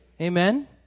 Amen